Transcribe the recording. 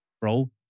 bro